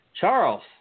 Charles